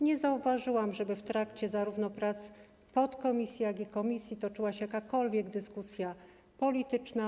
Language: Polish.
Nie zauważyłam, żeby w trakcie prac zarówno podkomisji, jak i komisji toczyła się jakakolwiek dyskusja polityczna.